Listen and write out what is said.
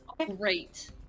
great